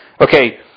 Okay